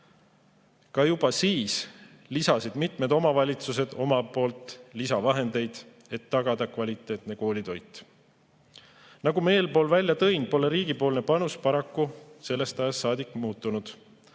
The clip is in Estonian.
Juba siis lisasid mitmed omavalitsused omalt poolt lisavahendeid, et tagada kvaliteetne koolitoit. Nagu ma välja tõin, pole riigipoolne panus paraku sellest ajast saadik muutunud.